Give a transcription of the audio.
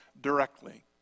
directly